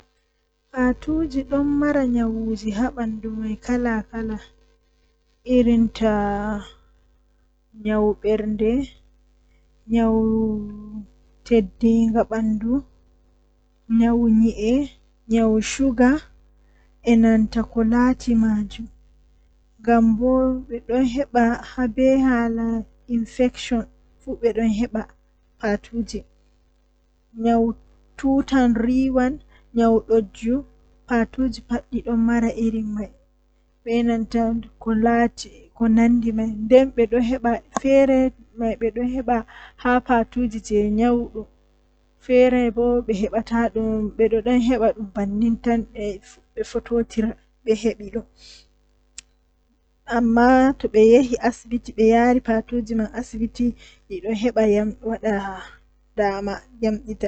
Huunde man aranndewol kam hilna tan masin, To hilni ambo mi naftiran be anndal mi mari jotta ngam mi andi be Wala anndal man duɓii duɓiiji ko saali ngamman mi daran mi naftira be anndal man mi laari mi wadan ko nafata ɓe haa rayuwa mabɓe haa wakkati man.